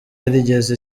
yarigeze